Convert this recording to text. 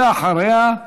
ואחריה,